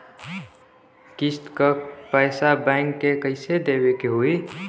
किस्त क पैसा बैंक के कइसे देवे के होई?